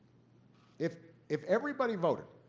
if if everybody voted,